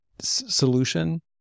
solution